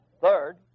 Third